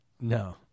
No